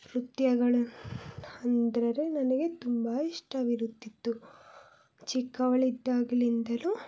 ನೃತ್ಯಗಳು ಅಂದರೆ ನನಗೆ ತುಂಬ ಇಷ್ಟವಿರುತ್ತಿತ್ತು ಚಿಕ್ಕವಳಿದ್ದಾಗಲಿಂದಲೂ